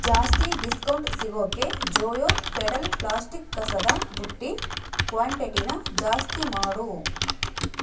ಜಾಸ್ತಿ ಡಿಸ್ಕೌಂಟ್ ಸಿಗೋಕ್ಕೆ ಜೋಯೋ ಫೆಡಲ್ ಪ್ಲಾಸ್ಟಿಕ್ ಕಸದ ಬುಟ್ಟಿ ಕ್ವಾಂಟಿಟಿನ ಜಾಸ್ತಿ ಮಾಡು